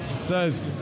says